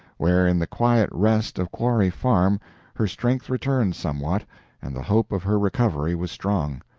where in the quiet rest of quarry farm her strength returned somewhat and the hope of her recovery was strong.